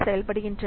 செயல்படுகின்றன